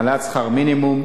העלאת שכר המינימום,